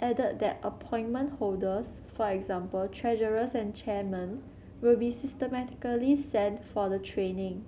added that appointment holders for example treasurers and chairmen will be systematically sent for the training